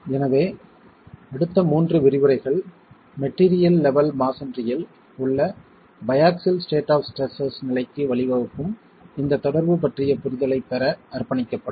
எனவே அடுத்த மூன்று விரிவுரைகள் மெட்டிரியல் லெவல் மஸோன்றியில் உள்ள பையாக்ஸில் ஸ்டேட் ஆப் ஸ்ட்ரெஸ்ஸஸ் நிலைக்கு வழிவகுக்கும் இந்த தொடர்பு பற்றிய புரிதலைப் பெற அர்ப்பணிக்கப்படும்